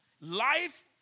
Life